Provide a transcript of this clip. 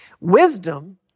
Wisdom